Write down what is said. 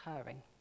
occurring